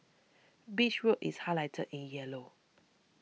Beach Road is highlighted in yellow